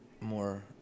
More